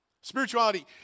Spirituality